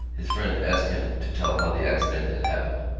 his friend asked him to tell how the accident had happened.